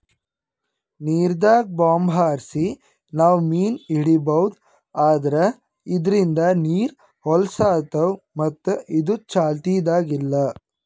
ನೀರ್ದಾಗ್ bomb ಹಾರ್ಸಿ ನಾವ್ ಮೀನ್ ಹಿಡೀಬಹುದ್ ಆದ್ರ ಇದ್ರಿಂದ್ ನೀರ್ ಹೊಲಸ್ ಆತವ್ ಮತ್ತ್ ಇದು ಚಾಲ್ತಿದಾಗ್ ಇಲ್ಲಾ